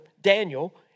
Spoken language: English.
Daniel